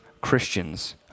Christians